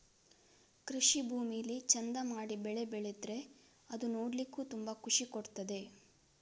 ಕೃಷಿ ಭೂಮಿಲಿ ಚಂದ ಮಾಡಿ ಬೆಳೆ ಬೆಳೆದ್ರೆ ಅದು ನೋಡ್ಲಿಕ್ಕೂ ತುಂಬಾ ಖುಷಿ ಕೊಡ್ತದೆ